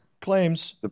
Claims